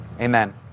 Amen